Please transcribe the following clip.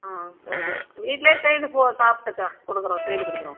ஆ சரி வீட்லேயே செய்து போ சாப்பிட்டுக்க கொடுக்குறோம் செய்து கொடுக்குறோம்